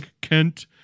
Kent